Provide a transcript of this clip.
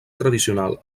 tradicional